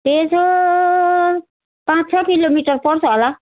यसो पाँच छ किलोमिटर पर्छ होला